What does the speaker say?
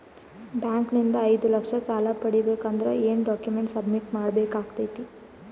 Bank ನಿಂದ ಐದು ಲಕ್ಷ ಸಾಲ ಪಡಿಬೇಕು ಅಂದ್ರ ಏನ ಡಾಕ್ಯುಮೆಂಟ್ ಸಬ್ಮಿಟ್ ಮಾಡ ಬೇಕಾಗತೈತಿ?